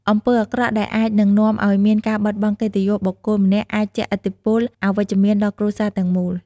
អំពើអាក្រក់ដែលអាចនិងនាំឲ្យមានការបាត់បង់កិត្តិយសបុគ្គលម្នាក់អាចជះឥទ្ធិពលអវិជ្ជមានដល់គ្រួសារទាំងមូល។